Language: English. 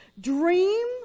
Dream